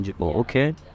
Okay